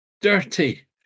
dirty